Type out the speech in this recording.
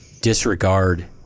disregard